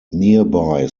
nearby